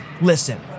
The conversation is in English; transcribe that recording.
listen